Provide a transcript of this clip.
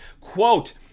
quote